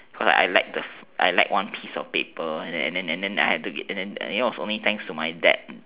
cause like I lacked the lacked one piece of paper and then then it was only thanks to my dad